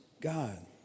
God